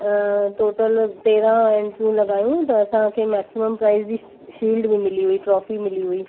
total तेरहं एंट्रियूं लगायूं त असांखे मैक्सिमम प्राइज जी शिल्ड बि मिली हुई ट्रॉफी मिली हुई